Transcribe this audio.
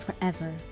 forever